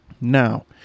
Now